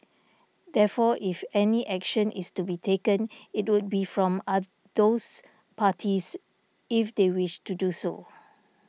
therefore if any action is to be taken it would be from other those parties if they wish to do so